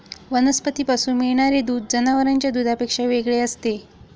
वनस्पतींपासून मिळणारे दूध जनावरांच्या दुधापेक्षा वेगळे असते